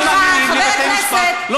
לא מאמינים חבר הכנסת,